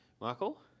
Michael